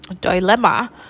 dilemma